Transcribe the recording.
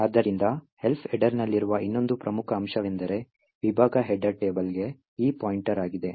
ಆದ್ದರಿಂದ Elf ಹೆಡರ್ನಲ್ಲಿರುವ ಇನ್ನೊಂದು ಪ್ರಮುಖ ಅಂಶವೆಂದರೆ ವಿಭಾಗ ಹೆಡರ್ ಟೇಬಲ್ಗೆ ಈ ಪಾಯಿಂಟರ್ ಆಗಿದೆ